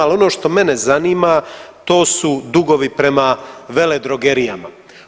Ali ono što mene zanima to su dugovi prema veledrogerijama.